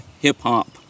hip-hop